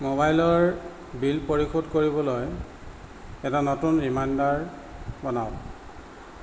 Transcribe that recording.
মোবাইলৰ বিল পৰিশোধ কৰিবলৈ এটা নতুন ৰিমাইণ্ডাৰ বনাওক